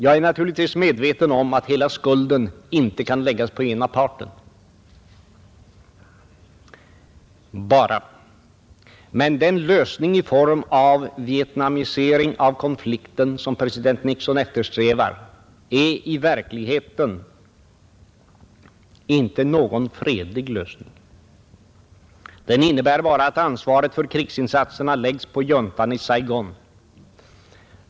Jag är naturligtvis medveten om att hela skulden inte kan läggas bara på ena parten, men den lösning i form av vietnamisering av konflikten som president Nixon eftersträvar är i verkligheten inte någon fredlig lösning. Den innebär bara att ansvaret för krigsinsatserna läggs på juntan i Saigon.